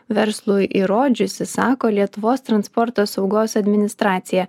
verslui įrodžiusi sako lietuvos transporto saugos administracija